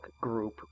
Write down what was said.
group